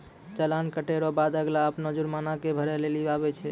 चालान कटे रो बाद अगला अपनो जुर्माना के भरै लेली आवै छै